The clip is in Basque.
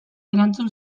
erantzun